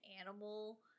animal